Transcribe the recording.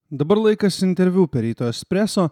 dabar laikas interviu per ryto espreso